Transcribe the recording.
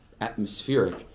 atmospheric